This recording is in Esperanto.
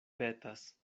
petas